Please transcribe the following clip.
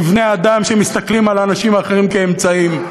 לבני-אדם שמסתכלים על אנשים אחרים כאמצעים.